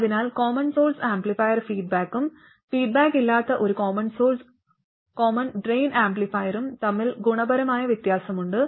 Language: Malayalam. അതിനാൽ കോമൺ സോഴ്സ് ആംപ്ലിഫയർ ഫീഡ്ബാക്കും ഫീഡ്ബാക്കില്ലാത്ത ഒരു കോമൺ ഡ്രെയിൻ ആംപ്ലിഫയറും തമ്മിൽ ഗുണപരമായ വ്യത്യാസമുണ്ട്